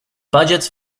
budgets